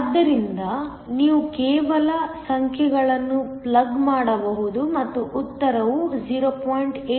ಆದ್ದರಿಂದ ನೀವು ಕೇವಲ ಸಂಖ್ಯೆಗಳನ್ನು ಪ್ಲಗ್ ಮಾಡಬಹುದು ಮತ್ತು ಉತ್ತರವು 0